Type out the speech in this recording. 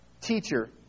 Teacher